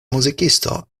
muzikisto